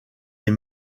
les